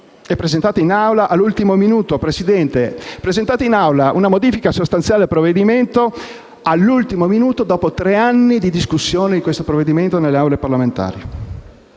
Presidente, è stata presentata in Aula una modifica sostanziale al provvedimento all'ultimo minuto, dopo tre anni di discussione dello stesso nelle Aule parlamentari.